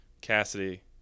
Cassidy